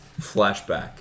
Flashback